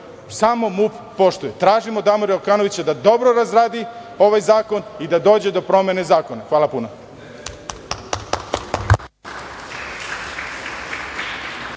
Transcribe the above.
samo MUP poštuje. Tražimo Damira Okanovića da dobro razradi ovaj zakon i da dođe do promene zakona. Hvala puno.